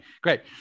great